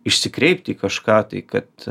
išsikreipt į kažką tai kad